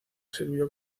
sirvió